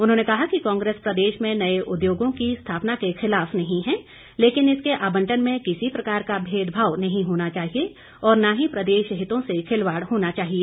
उन्होंने कहा कि कांग्रेस प्रदेश में नए उद्योगों की स्थापना के खिलाफ नहीं है लेकिन इसके आबंटन में किसी प्रकार का भेदभाव नहीं होना चाहिए और न ही प्रदेश हितों से खिलवाड़ होना चाहिए